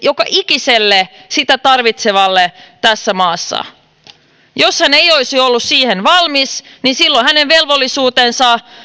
joka ikiselle niitä tarvitsevalle tässä maassa jos hän ei olisi ollut siihen valmis niin silloin hänen velvollisuutensa